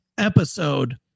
episode